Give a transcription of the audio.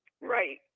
Right